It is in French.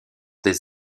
des